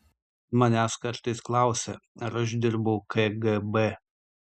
manęs kartais klausia ar aš dirbau kgb